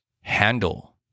handle